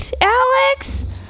Alex